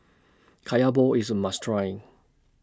Kaya Balls IS A must Try